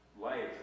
life